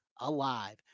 alive